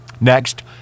Next